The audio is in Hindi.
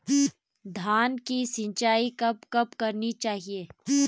धान की सिंचाईं कब कब करनी चाहिये?